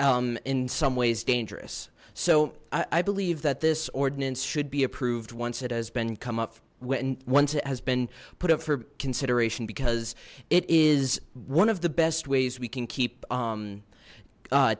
both in some ways dangerous so i believe that this ordinance should be approved once it has been come up with once it has been put up for consideration because it is one of the best ways we can keep